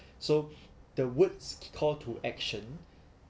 so the words call to action